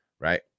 right